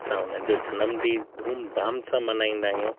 असां उन जो जनमॾींहं धूमधाम सां मल्हाईंदा आहियूं